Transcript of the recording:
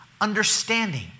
understanding